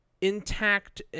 intact